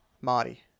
Marty